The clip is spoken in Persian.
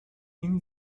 این